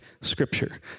scripture